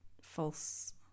false